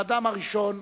לאדם הראשון